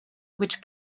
which